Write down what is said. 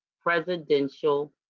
presidential